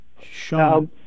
Sean